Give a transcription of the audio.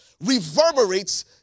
reverberates